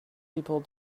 people